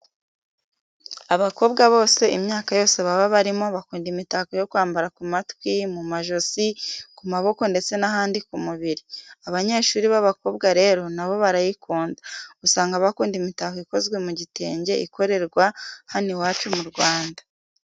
Abakobwa bose imyaka yose baba barimo bakunda imitako yo kwambara ku matwi, mu majosi, ku maboko ndetse n'ahandi ku mubiri. Abanyeshuri b'abakobwa rero na bo barayikunda, usanga bakunda imitako ikozwe mu gitenge ikorerwa hano iwacu mu Rwanda.